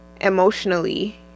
emotionally